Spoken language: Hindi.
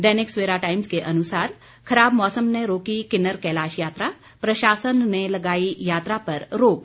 दैनिक सवेरा टाइम्स के अनुसार खराब मौसम ने रोकी किन्नर कैलाश यात्रा प्रशासन ने लगाई यात्रा पर रोक